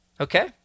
okay